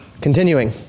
Continuing